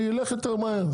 זה ילך יותר מהר.